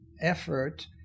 effort